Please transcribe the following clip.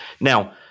Now